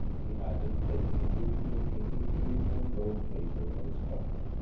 he added, taking a beautifully printed green and gold paper from his pocket,